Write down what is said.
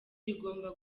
rigomba